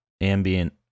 ambient